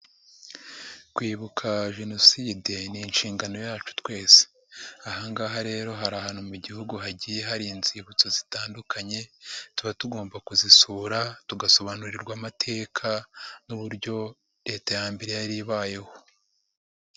Kkwibuka Jenoside ni inshingano yacu twese, aha ngaha rero hari ahantu mu Gihugu hagiye hari inzibutso zitandukanye, tuba tugomba kuzisura tugasobanurirwa amateka n'uburyo Leta ya mbere yari ibayeho.